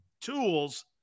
tools